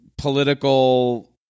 Political